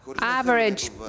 average